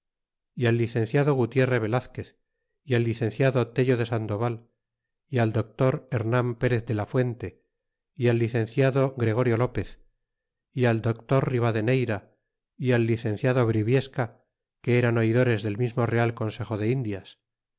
y al licenciado gutierre velazquez y al licenciado tello de sandoval y al doctor reman prez de la fuente y al licenciado gregorio lopez y al doctor riberadeneyra y al licenciado briviesca que eran oidores del mismo real consejo de indias